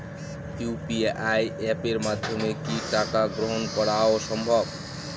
UPI অ্যাপের মাধ্যমে কি টাকা গ্রহণ করাও সম্ভব?